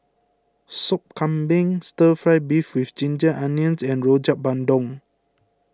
Sop Kambing Stir Fry Beef with Ginger Onions and Rojak Bandung